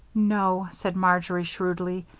no, said marjory, shrewdly,